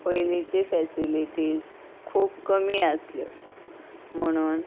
पयलींची फॅसिलिटीज खूब कमी आसल्यो म्हणून